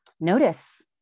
notice